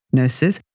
nurses